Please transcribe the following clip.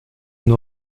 nur